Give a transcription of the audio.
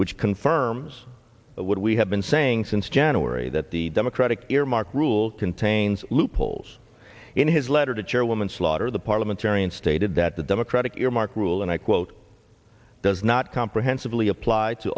which confirms what we have been saying since january that the democratic earmark rule contains loopholes in his letter to chairwoman slaughter the parliamentarian stated that the democratic earmark rule and i quote does not comprehensively apply to